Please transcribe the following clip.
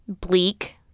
bleak